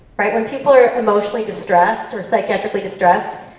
right? when people are emotionally distressed or psychiatrically distressed,